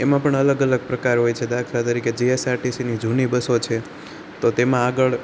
એમાં પણ અલગ અલગ પ્રકાર હોય છે દાખલા તરીકે જીએસઆરટીસી ની જૂની બસ છે તો તેમાં આગળ